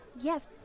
Yes